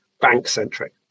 bank-centric